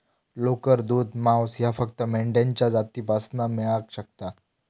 लोकर, दूध, मांस ह्या फक्त मेंढ्यांच्या जातीपासना मेळाक शकता